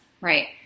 Right